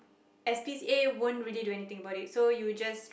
s_p_c_a wouldn't really do anything about it so you just